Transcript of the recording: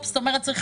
מה השאלה?